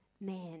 man